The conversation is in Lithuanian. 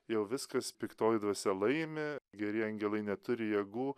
jau viskas piktoji dvasia laimi gerieji angelai neturi jėgų